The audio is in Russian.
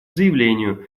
заявлению